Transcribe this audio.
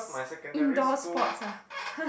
indoor sports ah